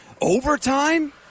Overtime